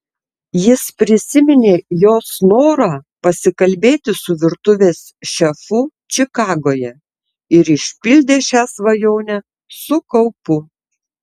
jis prisiminė jos norą pasikalbėti su virtuvės šefu čikagoje ir išpildė šią svajonę su kaupu